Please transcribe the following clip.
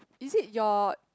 is it your